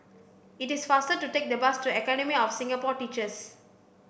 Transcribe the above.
it is faster to take the bus to Academy of Singapore Teachers